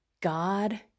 God